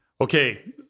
Okay